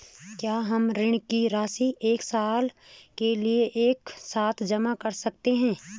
क्या हम ऋण की राशि एक साल के लिए एक साथ जमा कर सकते हैं?